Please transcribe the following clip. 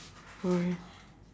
okay